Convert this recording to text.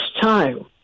time